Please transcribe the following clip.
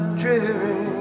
dreary